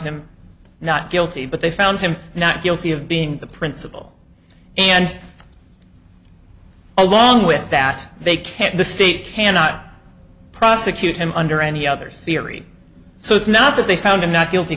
him not guilty but they found him not guilty of being the principal and along with that they can't the state cannot prosecute him under any other theory so it's not that they found him not guilty